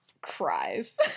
cries